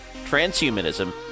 transhumanism